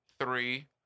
three